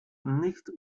nicht